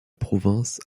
province